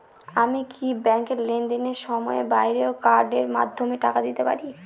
আমি কি ব্যাংকের লেনদেনের সময়ের বাইরেও কার্ডের মাধ্যমে টাকা পেতে পারি?